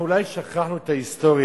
אנחנו אולי שכחנו את ההיסטוריה,